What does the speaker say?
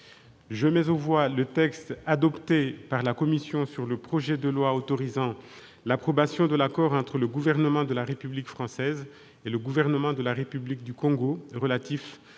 Je mets aux voix le texte adopté par la commission sur le projet de loi autorisant l'approbation de l'accord entre le gouvernement de la République française et le gouvernement de la République du Congo relatif à l'activité professionnelle